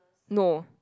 no